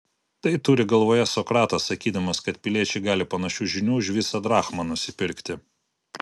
tai turi galvoje sokratas sakydamas kad piliečiai gali panašių žinių už visą drachmą nusipirkti